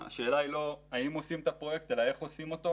השאלה היא לא האם עושים את הפרויקט אלא איך עושים אותו.